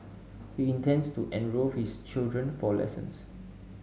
he intends to enrol his children for lessons